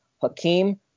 Hakeem